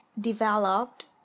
developed